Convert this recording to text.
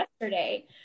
yesterday